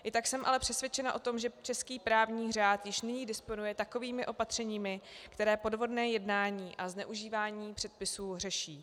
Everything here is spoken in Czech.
I tak jsem ale přesvědčena o tom, že český právní řád již nyní disponuje takovými opatřeními, která podvodné jednání a zneužívání předpisů řeší.